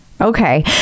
Okay